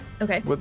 Okay